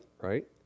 right